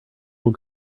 old